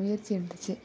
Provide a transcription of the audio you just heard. முயற்சி எடுத்துச்சு